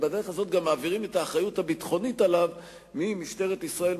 ובדרך הזו גם מעבירים את האחריות הביטחונית עליו ממשטרת ישראל,